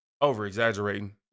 over-exaggerating